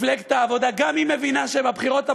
מפלגת העבודה גם היא מבינה שבבחירות הבאות,